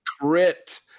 crit